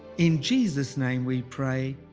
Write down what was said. in jesus name we pray,